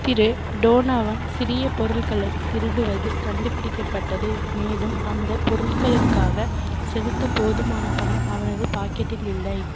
திரு Donovan சிறிய பொருள்களை திருடுவது கண்டுபிடிக்கப்பட்டது மேலும் அந்த பொருட்களுக்காக செலுத்த போதுமான பணம் அவனது பாக்கெட்டில் இல்லை